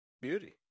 Beauty